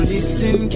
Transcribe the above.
Listen